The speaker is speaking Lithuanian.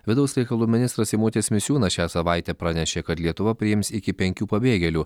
vidaus reikalų ministras eimutis misiūnas šią savaitę pranešė kad lietuva priims iki penkių pabėgėlių